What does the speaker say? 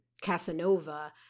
Casanova